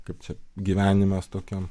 kaip čia gyvenimas tokiom